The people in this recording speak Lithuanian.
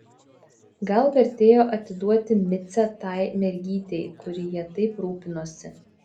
gal vertėjo atiduoti micę tai mergytei kuri ja taip rūpinosi